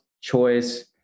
choice